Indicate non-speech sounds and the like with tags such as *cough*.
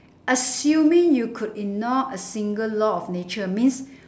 assuming you could ignore a single law of nature means *breath*